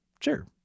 sure